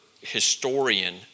historian